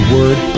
Word